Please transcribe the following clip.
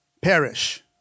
perish